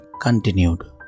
continued